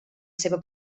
seva